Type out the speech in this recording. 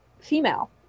Female